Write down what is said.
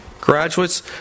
graduates